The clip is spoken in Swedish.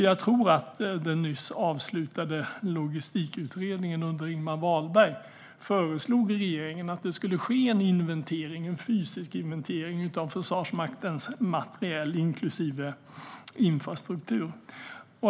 Jag tror att den nyss avslutade logistikutredningen under Ingemar Wahlberg föreslog regeringen att det ska göras en fysisk inventering av Försvarsmaktens materiel inklusive infrastruktur.